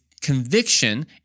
conviction